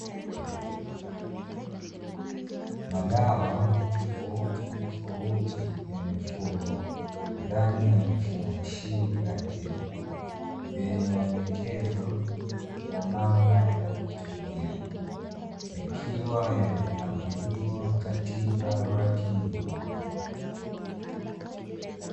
Madawa tofauti tofauti ya mifugo ndani yamefungashiwa, viambatanisho vyake vyenye maelekezo ya namna ya kutumia yakiwa yamepangiliwa katika raki nyeupe